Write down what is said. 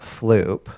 floop